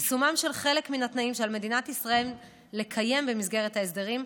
יישומם של חלק מן התנאים שעל מדינת ישראל לקיים במסגרת ההסדרים,